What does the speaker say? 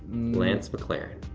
lance mclaren.